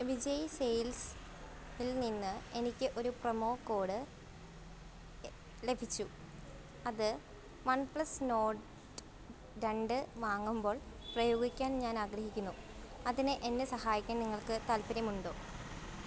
വിജയ് സെയിൽസ്ൽ നിന്ന് എനിക്ക് ഒരു പ്രൊമോ കോഡ് ലഭിച്ചു അത് വൺപ്ലസ് നോട്ട് രണ്ട് വാങ്ങുമ്പോൾ പ്രയോഗിക്കാൻ ഞാൻ ആഗ്രഹിക്കുന്നു അതിന് എന്നെ സഹായിക്കാൻ നിങ്ങൾക്ക് താൽപ്പര്യമുണ്ടോ